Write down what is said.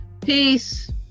Peace